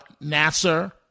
Nasser